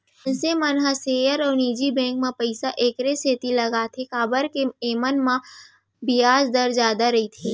मनसे मन ह सेयर अउ निजी बेंक म पइसा एकरे सेती लगाथें काबर के एमन म बियाज दर जादा रइथे